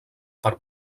per